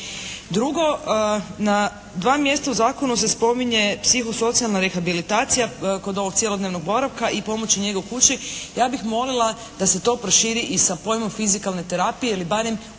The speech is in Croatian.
Drugo, na dva mjesta u zakonu se spominje psihosocijalna rehabilitacija kod ovog cjelodnevnog boravka i pomoći njege u kući. Ja bih molila da se to proširi i sa pojmom fizikalne terapije ili barem u onom